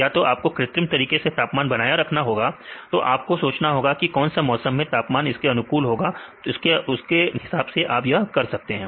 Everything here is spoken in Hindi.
या तो आपको कृत्रिम तरीके से तापमान बनाए रखना होगा या तो आपको सोचना होगा कि कौन से मौसम में तापमान इसके अनुकूल होगा तो हम यह कर सकते हैं